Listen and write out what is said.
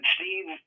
Steve